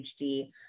HD